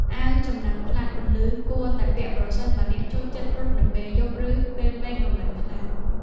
អាវចំណាំងផ្លាតពន្លឺ គួរតែពាក់ប្រសិនបើអ្នកចូលចិត្តរត់នៅពេលយប់ ឬពេលមេឃងងឹតខ្លាំង។